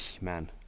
man